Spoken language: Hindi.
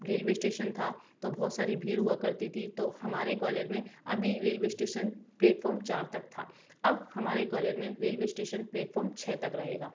रेलवे इस्टेशन था तो बहुत सारी भीड़ हुआ करती थी तो हमारे ग्वालियर में अबी रेलवे इस्टेशन प्लेटफॉम चार तक था अब हमारे ग्वालियर में रेलवे इस्टेशन प्लेटफॉम छः तक रहेगा